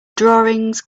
drawings